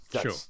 sure